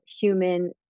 human